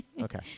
Okay